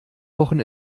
wochen